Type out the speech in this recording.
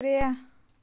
پرٛےٚ